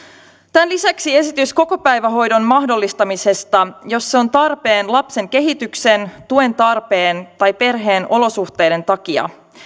tämän lisäksi esitys kokopäivähoidon mahdollistamisesta jos se on tarpeen lapsen kehityksen tuen tarpeen tai perheen olosuhteiden takia